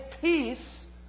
peace